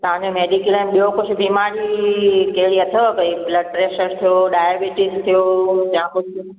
तव्हाजो mediclaim ॿियो कुझु बिमारी कहिड़ी अथव भाई ब्लडप्रेशर थियो डायबिटीज़ थियो या कुझु